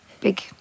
big